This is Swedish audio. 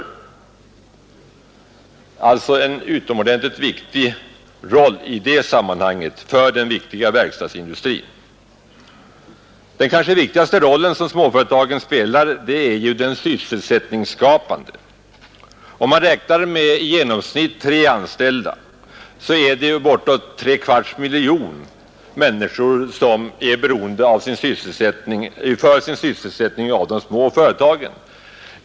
Småföretagen har alltså en utomordentligt väsentlig uppgift i det sammanhanget för den viktiga verkstadsindustrin. Den kanske viktigaste roll som småföretagen spelar är emellertid den sysselsättningsskapande. Om man räknar med i genomsnitt tre anställda, är det bortåt tre kvarts miljon människor som är beroende för sin sysselsättning av de små företagen.